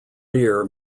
beer